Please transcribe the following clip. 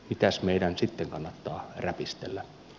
mitäs meidän sitten kannattaa räpistellä